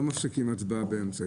לא מפסיקים הצבעה באמצע.